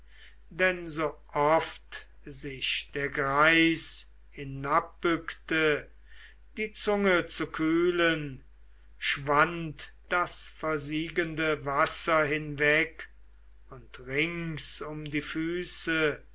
denn sooft sich der greis hinbückte die zunge zu kühlen schwand das versiegende wasser hinweg und rings um die füße